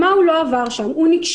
מה הוא לא עבר שם הוא נקשר,